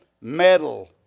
metal